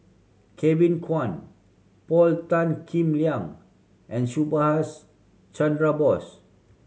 Kevin Kwan Paul Tan Kim Liang and Subhas Chandra Bose